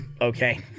Okay